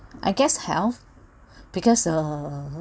I guess health because uh